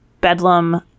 Bedlam